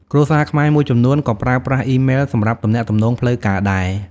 គ្រួសារខ្មែរមួយចំនួនក៏ប្រើប្រាស់អ៊ីម៉ែលសម្រាប់ទំនាក់ទំនងផ្លូវការដែរ។